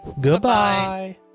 goodbye